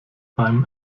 beim